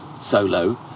solo